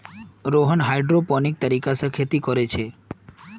Rohan hydroponics तरीका से खेती कोरे छे